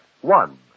One